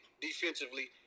defensively